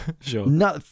Sure